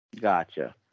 Gotcha